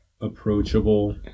approachable